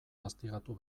gaztigatu